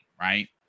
right